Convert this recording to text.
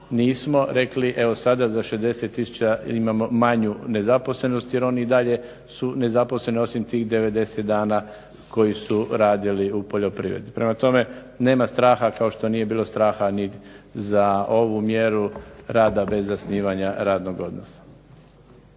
nismo rekli evo sada za 60 tisuća imamo manju nezaposlenost jer oni i dalje su nezaposleni osim tih 90 dana koji su radili u poljoprivredi. Prema tome, nema straha kao što nije bilo straha ni za ovu mjeru rada bez zasnivanja radnog odnosa.